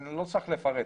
אני לא צריך לפרט.